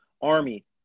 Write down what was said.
army